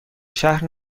شهر